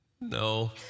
no